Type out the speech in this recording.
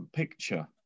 picture